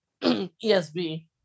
ESB